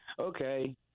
Okay